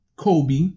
Kobe